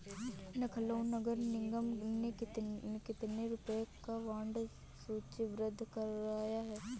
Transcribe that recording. लखनऊ नगर निगम ने कितने रुपए का बॉन्ड सूचीबद्ध कराया है?